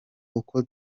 uko